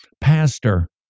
Pastor